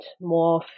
more